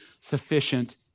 sufficient